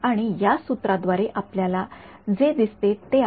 आणि या सूत्राद्वारे आपल्याला जे दिसते ते हे आहे